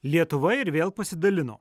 lietuva ir vėl pasidalino